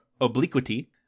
obliquity